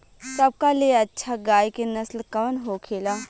सबका ले अच्छा गाय के नस्ल कवन होखेला?